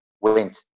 went